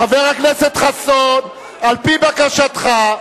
חבר הכנסת חסון, על-פי בקשתך,